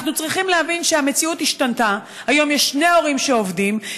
אנחנו צריכים להבין שהמציאות השתנתה: היום יש שני הורים שעובדים,